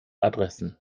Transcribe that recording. adressen